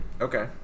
Okay